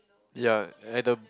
ya at the